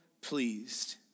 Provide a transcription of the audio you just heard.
pleased